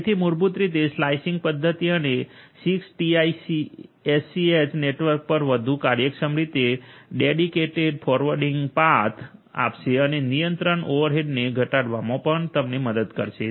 તેથી મૂળભૂત રીતે સ્લાયસીંગ પદ્ધતિ તમને 6ટીઆઈએસસીએચ નેટવર્ક પર વધુ કાર્યક્ષમ રીતે ડેડીકેટેડ ફોરવર્ડિંગ પાથ આપશે અને નિયંત્રણ ઓવરહેડને ઘટાડવામાં પણ તમને મદદ કરશે